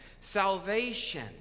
salvation